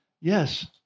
Yes